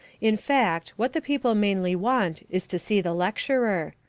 in fact, what the people mainly want is to see the lecturer.